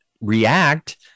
react